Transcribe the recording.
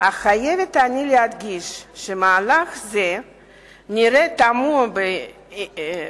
אך חייבת אני להדגיש שמהלך זה נראה תמוה בעיני.